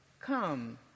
Come